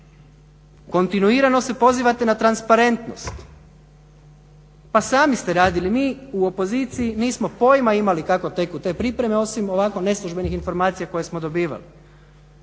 Kontinuirano se pozivate na transparentnost. Pa sami ste radili. Mi u opoziciji nismo imali pojma kako teku te pripreme osim ovako neslužbenih informacija koje smo dobivali.